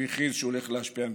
והכריז שהוא הולך להשפיע מבפנים.